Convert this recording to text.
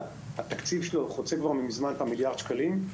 התקציב של המשרד חוצה כבר מזמן את מיליארד השקלים.